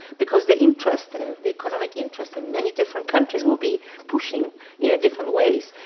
because the interest, the economic interest in many different countries will be pushing in different ways.